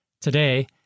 Today